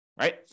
right